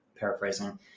Paraphrasing